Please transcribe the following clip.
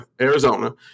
Arizona